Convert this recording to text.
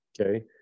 Okay